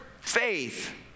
faith